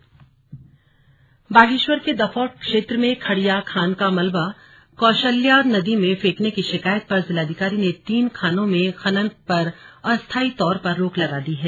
slug खनन रोक बागेश्वर के दफौट क्षेत्र में खड़िया खान का मलबा कौशल्या नदी में फेंकने की शिकायत पर जिलाधिकारी ने तीन खानों में खनन पर अस्थाई तौर पर रोक लगा दी है